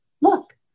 Look